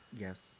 yes